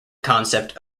concept